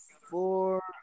Four